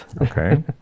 Okay